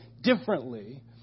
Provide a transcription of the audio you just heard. differently